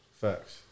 facts